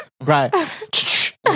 right